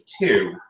two